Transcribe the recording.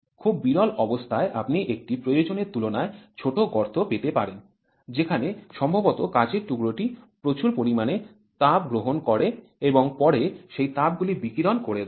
খুব বিরল অবস্থায় আপনি একটি প্রয়োজনের তুলনায় ছোট গর্ত পেতে পারেন যেখানে সম্ভবত কাজের টুকরোটি প্রচুর পরিমাণে তাপ গ্রহণ করে এবং পরে সেই তাপগুলি বিকিরণ করে দেয়